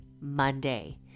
Monday